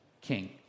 king